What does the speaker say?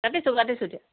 কাটিছোঁ কাটিছোঁ দিয়ক